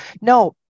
no